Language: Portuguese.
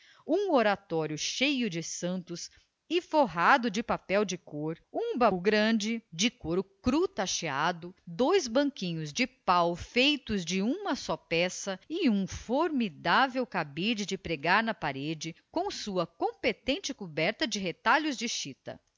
um oratório cheio de santos e forrado de papel de cor um baú grande de couro cru tacheado dois banquinhos de pau feitos de uma só peça e um formidável cabide de pregar na parede com a sua competente coberta de retalhos de chita